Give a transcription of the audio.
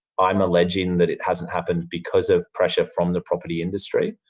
i'm alleging that it hasn't happened because of pressure from the property industry.